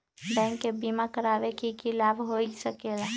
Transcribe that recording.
Bank से बिमा करावे से की लाभ होई सकेला?